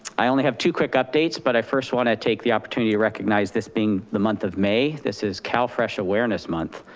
i only have two quick updates, but i first wanna take the opportunity to recognize, this being the month of may, this is calfresh awareness month.